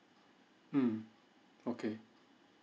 mm okay